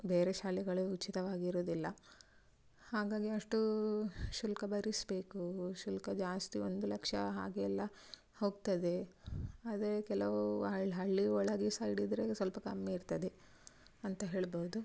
ಬೇರೆ ಶಾಲೆಗಳು ಉಚಿತವಾಗಿರುದಿಲ್ಲ ಹಾಗಾಗಿ ಅಷ್ಟು ಶುಲ್ಕ ಭರಿಸ್ಬೇಕು ಶುಲ್ಕ ಜಾಸ್ತಿ ಒಂದು ಲಕ್ಷ ಹಾಗೆ ಎಲ್ಲ ಹೋಗ್ತದೆ ಆದರೆ ಕೆಲವು ಹಳ್ ಹಳ್ಳಿ ಒಳಗೆ ಸೈಡಿದ್ದರೆ ಸ್ವಲ್ಪ ಕಮ್ಮಿ ಇರ್ತದೆ ಅಂತ ಹೇಳ್ಬೋದು